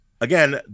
Again